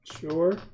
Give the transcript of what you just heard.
Sure